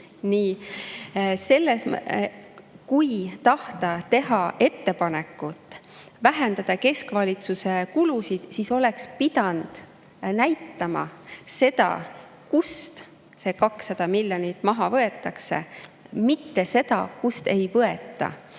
töötasusid. Kui tahta teha ettepanekut vähendada keskvalitsuse kulusid, siis oleks pidanud näitama seda, kust see 200 miljonit maha võetakse, mitte seda, kust ei võeta.